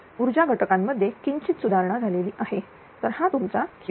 ऊर्जा घटकांमध्ये किंचित सुधारणा झालेली आहे तर हा तुमचा QC